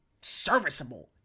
serviceable